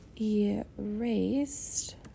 erased